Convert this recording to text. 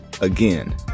again